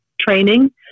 training